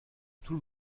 tout